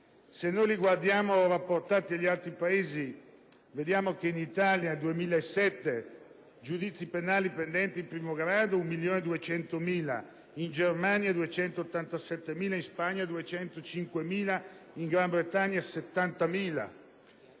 questi dati con quelli di altri Paesi vediamo che in Italia nel 2007 i giudizi penali pendenti in primo grado sono 1.200.000, in Germania 287.000, in Spagna 205.000 e in Gran Bretagna 70.000.